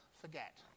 forget